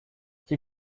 she